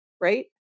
right